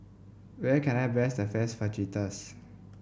where can I best the first Fajitas